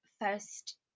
first